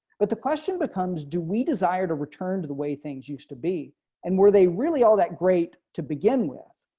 but the question becomes, do we desire to return to the way things used to be and where they really all that great to begin with.